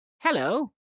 Hello